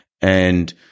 and-